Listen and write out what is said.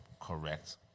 correct